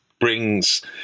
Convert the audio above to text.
brings